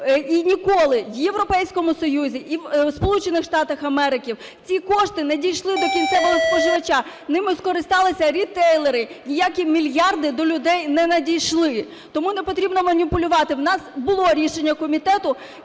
і ніколи в Європейському Союзі і в Сполучених Штатах Америки ці кошти не дійшли до кінцевого споживача, ними скористалися ритейлери, ніякі мільярди до людей не надійшли. Тому не потрібно маніпулювати, в нас було рішення комітету,